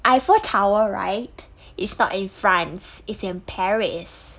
eiffel tower right it's not in france it's in paris